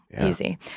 easy